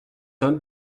homme